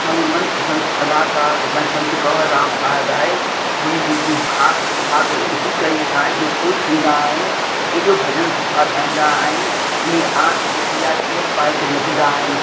असांजो मनपसंद कलाकार असांजो संत कंवर राम साहिब आहे हुनजी ख़ासि पोशाक असांखे ॾिसी करे असां हेॾो ख़ुशि थींदा आहियूं हेॾो भॼन सुठा ॻाईंदा आहिनि हुन ई आर्ट केॾी आहे छेर पाए करे नचंदा आहिनि